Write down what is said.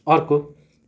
अर्को